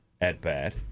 at-bat